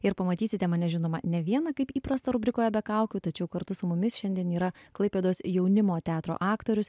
ir pamatysite mane žinoma ne vieną kaip įprasta rubrikoje be kaukių tačiau kartu su mumis šiandien yra klaipėdos jaunimo teatro aktorius